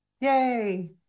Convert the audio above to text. Yay